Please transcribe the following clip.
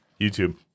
YouTube